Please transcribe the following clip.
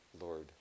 Lord